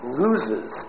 loses